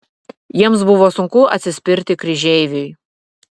jiems buvo sunku atsispirti kryžeiviui